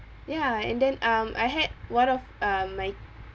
ya and then um I had one of uh my